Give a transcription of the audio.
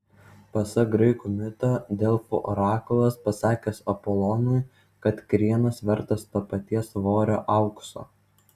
pasak graikų mito delfų orakulas pasakęs apolonui kad krienas vertas to paties svorio aukso